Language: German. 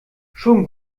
schon